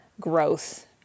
growth